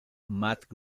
matt